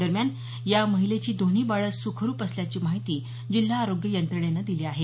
दरम्यान या महिलेची दोन्ही बाळं सुखरूप असल्याची माहिती जिल्हा आरोग्य यंत्रणेनं दिली आहे